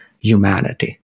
humanity